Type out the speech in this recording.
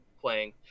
playing